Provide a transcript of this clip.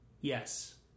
Yes